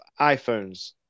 iPhones